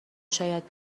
شاید